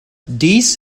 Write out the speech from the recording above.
dies